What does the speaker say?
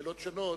בשאלות שונות,